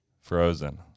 Frozen